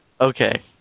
Okay